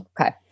Okay